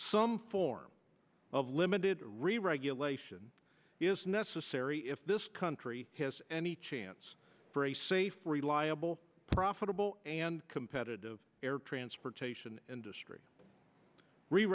some form of limited reregulation is necessary if this country has any chance for a safe reliable profitable and competitive air transportation industry re